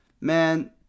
man